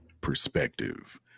perspective